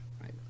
right